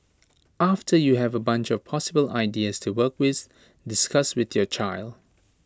after you have A bunch of possible ideas to work with discuss with your child